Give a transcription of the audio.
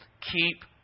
keep